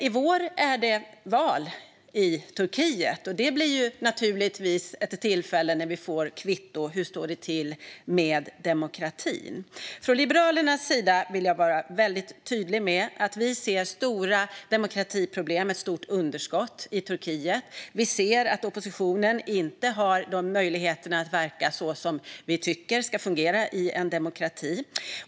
I vår är det val i Turkiet, och det blir naturligtvis ett tillfälle då vi får ett kvitto på hur det står till med demokratin där. Från Liberalernas sida vill jag vara väldigt tydlig med att vi ser stora demokratiproblem, ett stort underskott, i Turkiet. Vi ser att oppositionen inte har de möjligheter att verka som vi tycker ska fungera i en demokrati.